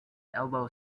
elbow